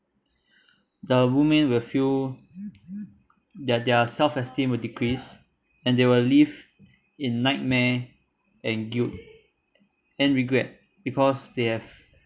the women will feel that their self esteem will decrease and they will live in nightmare and guilt and regret because they have